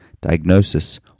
diagnosis